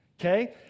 okay